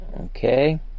Okay